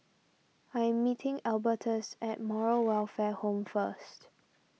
I am meeting Albertus at Moral Welfare Home first